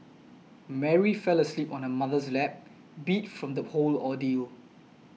Mary fell asleep on her mother's lap beat from the whole ordeal